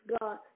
God